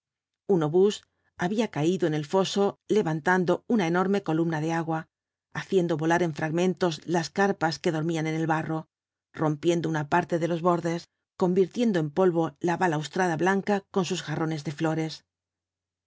un obús había caído en el foso levantando una enorme columna de agua haciendo volar en fragmentos las carpas que dormían en el barro rompiendo una parte de los bordes convirtiendo en polvo la balaustrada blanca con sus jarrones de flores